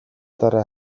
дараа